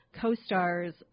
co-stars